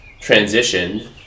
transitioned